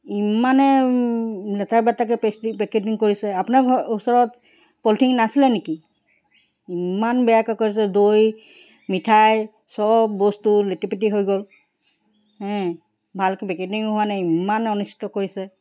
ইমানে লেতেৰা পেতেৰাকে পেকিং পেকেটিং কৰিছে আপোনাৰৰ ওচৰত পলিথিন নাছিলে নেকি ইমান বেয়াকে কৰিছে দৈ মিঠাই চব বস্তু লেটিপেটি হৈ গ'ল হে ভালকে পেকেটিং হোৱা নাই ইমানে অনিষ্ট কৰিছে